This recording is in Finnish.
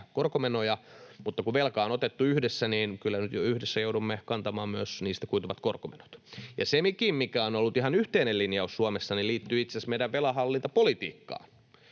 korkomenoja, niin kun velat on otettu yhdessä, kyllä me yhdessä joudumme kantamaan myös niistä koituvat korkomenot. Ja sekin, mikä on ollut ihan yhteinen linjaus Suomessa, liittyy itse asiassa meidän velanhallintapolitiikkaan: